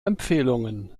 empfehlungen